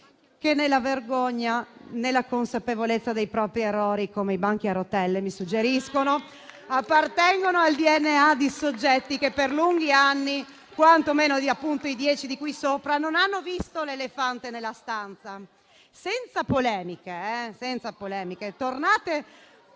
che né la vergogna, né la consapevolezza dei propri errori, come i banchi a rotelle mi suggeriscono *(Applausi. Commenti)*, appartengano al DNA di soggetti che per lunghi anni, quantomeno appunto i dieci di cui sopra, non hanno visto l'elefante nella stanza. Lo dico senza polemiche: tornate